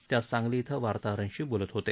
ते आज सांगली इथं वार्ताहरांशी बोलत होते